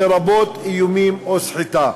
לרבות איומים או סחיטה,